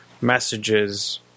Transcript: messages